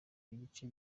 igice